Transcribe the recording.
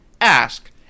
ask